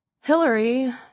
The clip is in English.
Hillary